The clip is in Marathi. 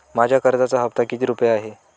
माझ्या कर्जाचा हफ्ता किती रुपये आहे?